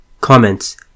Comments